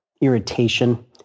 irritation